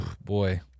boy